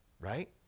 right